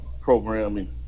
programming